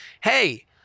Hey